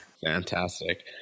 Fantastic